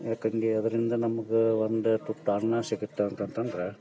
ಯಾಕೆ ಹಂಗೆ ಅದರಿಂದ ನಮ್ಗೆ ಒಂದು ತುತ್ತು ಅನ್ನ ಸಿಗುತ್ತೆ ಅಂತಂದ್ ಅಂದ್ರೆ